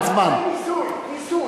אין זמן.